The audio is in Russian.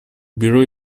бюро